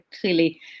clearly